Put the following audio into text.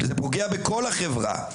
כי זה פוגע בכל החברה.